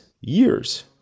years